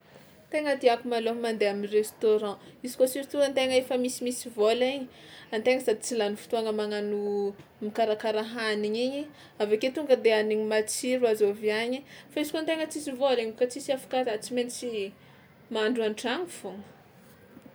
Tegna tiàko malôha mandeha am'restaurant izy kôa surtout an-tegna efa misimisy vôla igny an-tegna sady tsy lany fotoagna magnano mikarakara hanigny igny avy ake tonga de hanigny matsiro azo avy agny fa izy kôa an-tegna tsisy vôla iny kôa tsisy afaka raha tsy maintsy mahandro an-tragno foagna.